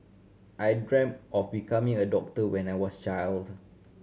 I dreamt of becoming a doctor when I was child